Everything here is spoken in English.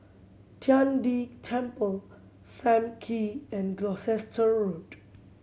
Tian De Temple Sam Kee and Gloucester Road